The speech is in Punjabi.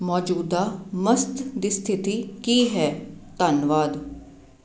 ਮੌਜੂਦਾ ਮਸਤ ਦੀ ਸਥਿਤੀ ਕੀ ਹੈ ਧੰਨਵਾਦ